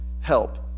help